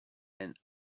and